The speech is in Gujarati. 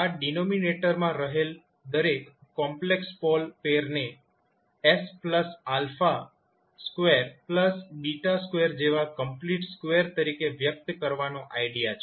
આ ડિનોમિનેટરમાં રહેલ દરેક કોમ્પ્લેક્સ પોલ પૈરને s α2 β2 જેવા કમ્પ્લીટ સ્ક્વેર તરીકે વ્યક્ત કરવાનો આઈડિયા છે